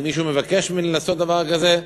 אם מישהו מבקש ממני לעשות דבר כזה,